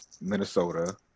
Minnesota